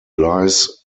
lies